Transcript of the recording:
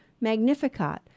Magnificat